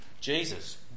Jesus